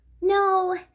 no